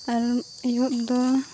ᱟᱨ ᱟᱹᱭᱩᱵᱫᱚ